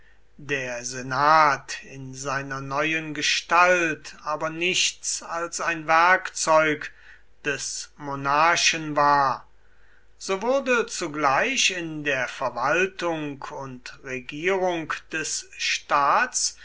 der senat in seiner neuen gestalt aber nichts als ein werkzeug des monarchen war so wurde zugleich in der verwaltung und regierung des staats